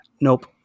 Nope